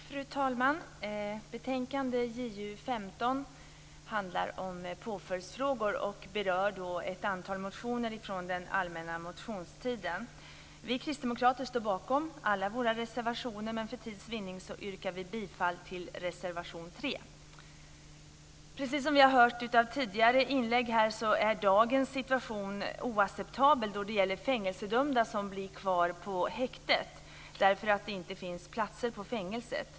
Fru talman! Betänkande JuU15 handlar om påföljdsfrågor och berör ett antal motioner från den allmänna motionstiden. Vi kristdemokrater står bakom alla våra reservationer, men för tids vinning yrkar jag bifall till reservation 3. Precis som vi har hört av tidigare inlägg är dagens situation oacceptabel då det gäller fängelsedömda som blir kvar på häktet därför att det inte finns platser i fängelset.